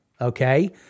okay